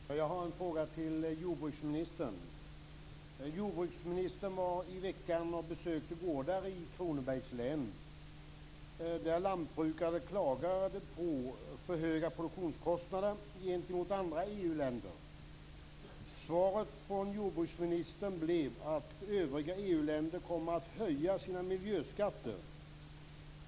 Fru talman! Jag har en fråga till jordbruksministern. Jordbruksministern besökte i veckan gårdar i Kronobergs län, och lantbrukare klagade då på för höga produktionskostnader gentemot andra EU-länder. Svaret från jordbruksministern blev att övriga EU länder kommer att höja sina miljöskatter.